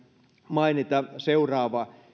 mainita seuraavaa